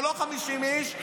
אבל לא 50 איש,